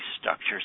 structures